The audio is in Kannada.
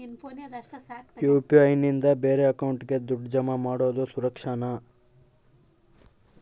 ಯು.ಪಿ.ಐ ನಿಂದ ಬೇರೆ ಅಕೌಂಟಿಗೆ ದುಡ್ಡು ಜಮಾ ಮಾಡೋದು ಸುರಕ್ಷಾನಾ?